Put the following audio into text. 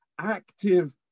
active